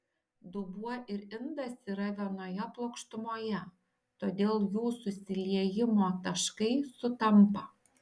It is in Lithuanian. dubuo ir indas yra vienoje plokštumoje todėl jų susiliejimo taškai sutampa